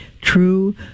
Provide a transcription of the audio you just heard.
true